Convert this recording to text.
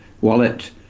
wallet